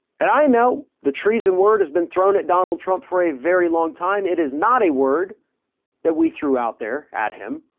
and i know the trees and word has been thrown at donald trump for a very long time. it is not a word that we threw out there at him.